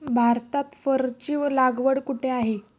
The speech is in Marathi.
भारतात फरची लागवड कुठे आहे?